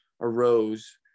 arose